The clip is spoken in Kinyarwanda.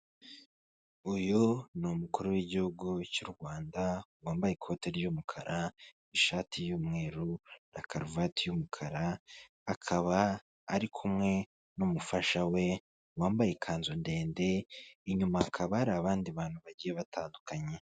Uyu ni umukuru w'igihugu cy'u Rwanda wambaye ikoti ry'umukara, ishati y'umweru na karuvati y'umukara, akaba ari kumwe n'umufasha we wambaye ikanzu ndende inyuma hakaba hari abandi bantu bagiye batandukanye.